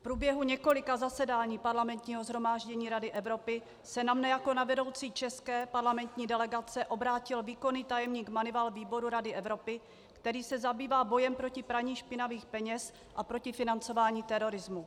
V průběhu několika zasedání Parlamentního shromáždění Rady Evropy se na mne jako na vedoucí české parlamentní delegace obrátil výkonný tajemník Moneyval, výboru Rady Evropy, který se zabývá bojem proti praní špinavých peněz a proti financování terorismu.